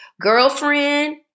girlfriend